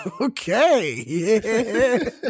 okay